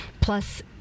Plus